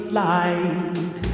light